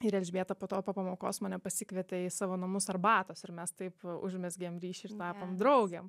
ir elžbieta po to po pamokos mane pasikvietė į savo namus arbatos ir mes taip užmezgėm ryšį ir tapom draugėm